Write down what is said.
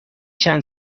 چند